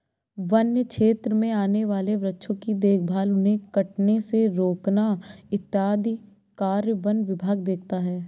वन्य क्षेत्र में आने वाले वृक्षों की देखभाल उन्हें कटने से रोकना इत्यादि कार्य वन विभाग देखता है